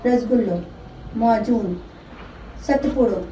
रसगुलो माजून सतपुड़ो